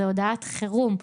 זו הודעת חירום.